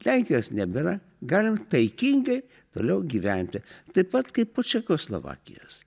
lenkijos nebėra galim taikingai toliau gyventi taip pat kaip po čekoslovakijos